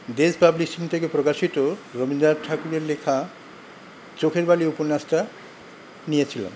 there's publishing থেকে প্রকাশিত রবীন্দ্রনাথ ঠাকুরের লেখা চোখের বালি উপন্যাসটা নিয়েছিলাম